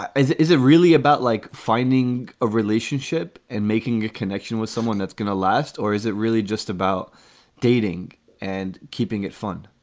is it is it really about like finding a relationship and making a connection with someone that's going to last? or is it really just about dating and keeping it fun?